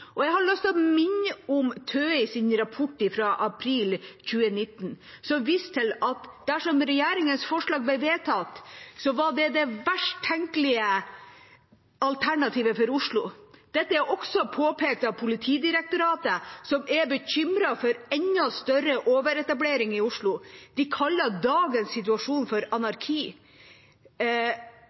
nyttårsaften. Jeg har lyst til å minne om TØIs rapport fra april 2019, som viste til at dersom regjeringas forslag ble vedtatt, ville det være det verst tenkelige alternativet for Oslo. Dette er også påpekt av Politidirektoratet, som er bekymret for enda større overetablering i Oslo. De kaller dagens situasjon for anarki,